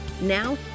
Now